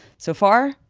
so far,